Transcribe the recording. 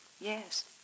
Yes